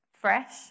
fresh